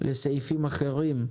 לסעיפים אחרים.